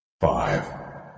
Five